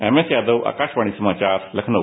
MS Yadav Akashvani समाचार लखनऊ